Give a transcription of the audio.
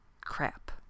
crap